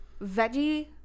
veggie